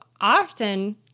often –